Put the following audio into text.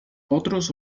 otros